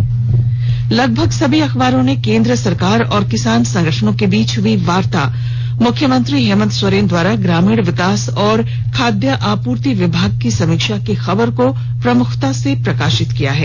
प्रकाशित लगभग सभी अखबारों ने केन्द्र सरकार और किसान संगठनों के बीच हुई वार्ता मुख्यमंत्री हेमंत सोरेन द्वारा ग्रामीण विकास और खाद्य आपूर्ति विभाग की समीक्षा की खबर को प्रमुखता से प्रकाशित किया है